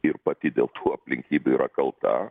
ir pati dėl tų aplinkybių yra kalta